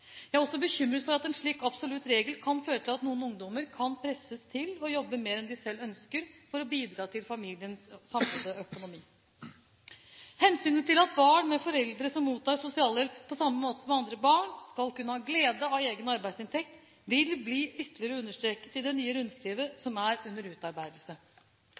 Jeg er også bekymret for at en slik absolutt regel kan føre til at noen ungdommer kan presses til å jobbe mer enn de selv ønsker for å bidra til familiens samlede økonomi. Hensynet til at barn med foreldre som mottar sosialhjelp, på samme måte som andre barn, skal kunne ha glede av egne arbeidsinntekter, vil bli ytterligere understreket i det nye rundskrivet som er under utarbeidelse.